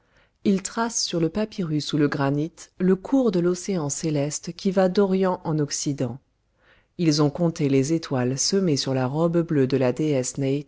ils tracent sur le papyrus ou le granit le cours de l'océan céleste qui va d'orient en occident ils ont compté les étoiles semées sur la robe bleue de la déesse